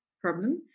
problem